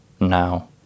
now